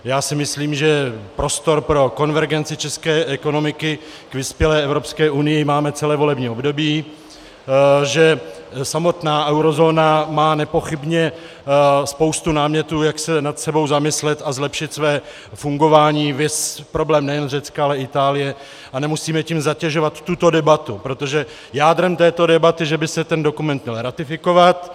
Já si myslím, že prostor pro konvergenci české ekonomiky k vyspělé Evropské unii máme celé volební období, že samotná eurozóna má nepochybně spoustu námětů, jak se nad sebou zamyslet a zlepšit své fungování, viz problém nejen Řecka, ale i Itálie, a nemusíme tím zatěžovat tuto debatu, protože jádrem této debaty je, že by se ten dokument měl ratifikovat.